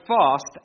fast